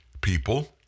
people